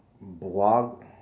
blog